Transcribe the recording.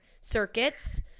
circuits